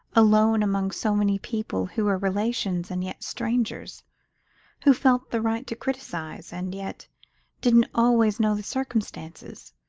alone among so many people who were relations and yet strangers who felt the right to criticise, and yet didn't always know the circumstances.